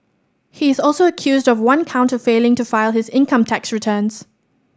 he is also accused of one count of failing to file his income tax returns